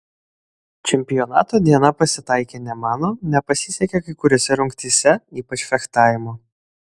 čempionato diena pasitaikė ne mano nepasisekė kai kuriose rungtyse ypač fechtavimo